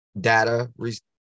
data